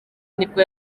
nibwo